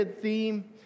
theme